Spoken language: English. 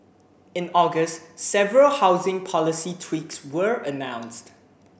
in August several housing policy tweaks were announced